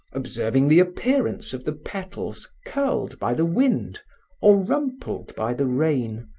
observing the appearance of the petals curled by the wind or rumpled by the rain,